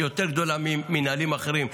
גדולה יותר ממינהלים אחרים,